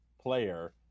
player